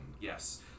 yes